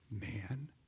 man